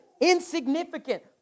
insignificant